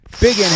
Big